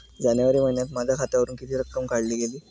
जानेवारी महिन्यात माझ्या खात्यावरुन किती रक्कम काढली गेली?